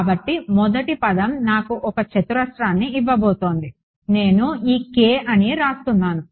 కాబట్టి మొదటి పదం నాకు ఒక చతురస్రాన్ని ఇవ్వబోతోంది నేను ఈ k అని రాస్తున్నాను